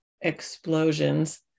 explosions